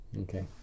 Okay